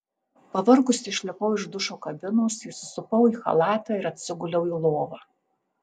pavargusi išlipau iš dušo kabinos įsisupau į chalatą ir atsiguliau į lovą